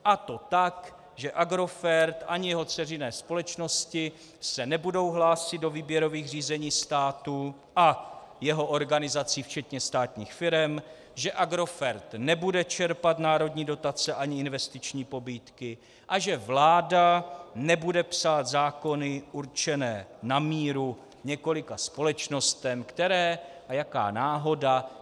A to tak, že Agrofert ani jeho dceřiné společnosti se nebudou hlásit do výběrových řízení státu a jeho organizací včetně státních firem, že Agrofert nebude čerpat národní dotace ani investiční pobídky a že vláda nebude psát zákony určené na míru několika společnostem, které a jaká náhoda!